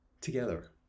together